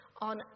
on